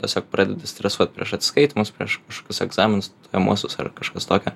tiesiog pradedi stresuot prieš atskaitymus prieš kašokius egzaminus stojamuosius ar kažkas tokio